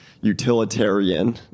utilitarian